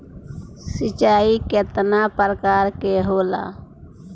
सिंचाई केतना प्रकार के होला?